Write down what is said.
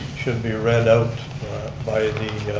should be read out by the